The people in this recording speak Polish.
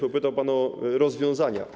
Pytał pan o rozwiązania.